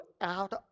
out